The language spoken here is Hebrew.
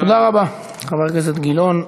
תודה רבה, חבר הכנסת גילאון.